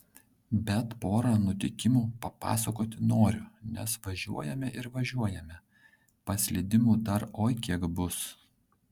bet porą nutikimų papasakoti noriu nes važiuojame ir važiuojame paslydimų dar oi kiek bus